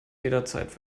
jederzeit